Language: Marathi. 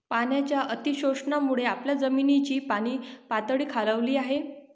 पाण्याच्या अतिशोषणामुळे आपल्या जमिनीची पाणीपातळी खालावली आहे